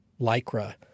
Lycra